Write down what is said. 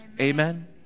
Amen